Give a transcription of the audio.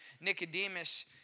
Nicodemus